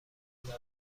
درستش